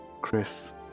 Chris